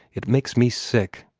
it makes me sick!